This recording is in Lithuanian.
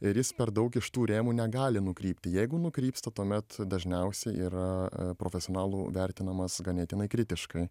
ir jis per daug iš tų rėmų negali nukrypti jeigu nukrypsta tuomet dažniausiai yra profesionalų vertinamas ganėtinai kritiškai